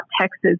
Texas